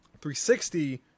360